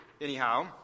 anyhow